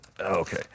Okay